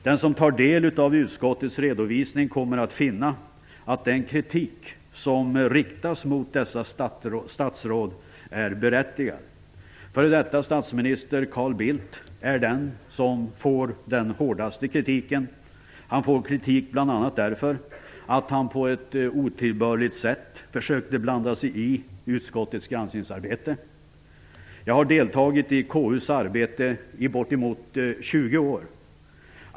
Den som tar del av utskottets redovisning kommer att finna att den kritik som riktas mot dessa statsråd är berättigad. F.d. statsminister Carl Bildt är den som får den hårdaste kritiken. Han får kritik bl.a. därför att han på ett otillbörligt sätt försökte blanda sig i utskottets granskningsarbete. Jag har deltagit i KU:s arbete i ungefär 20 år.